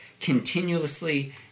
continuously